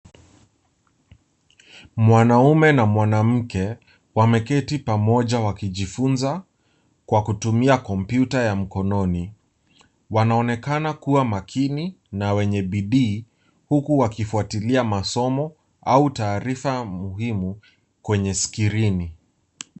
Mwanaume na mwanamke wameketi pamoja wakijifunza kwa kutumia computer ya mkononi . Wanaonekana kuwa makini na wenye bidii huku wakifuatilia masomo au taarifa muhimu kwenye skirini.